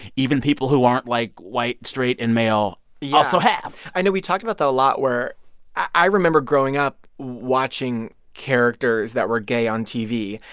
even people who aren't, like, white, straight and male yeah also have? i know. we talked about that a lot, where i remember growing up watching characters that were gay on tv,